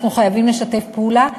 אנחנו חייבים לשתף פעולה,